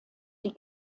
die